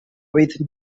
with